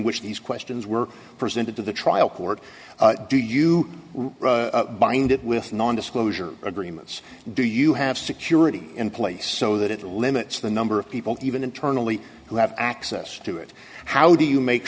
which these questions were presented to the trial court do you run a bind it with non disclosure agreements do you have security in place so that it limits the number of people even internally who have access to it how do you make